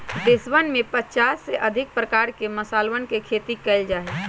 देशवन में पचास से अधिक प्रकार के मसालवन के खेती कइल जा हई